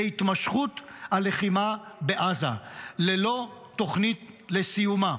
להתמשכות הלחימה בעזה, ללא תוכנית לסיומה.